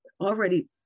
already